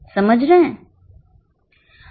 समझ रहे हैं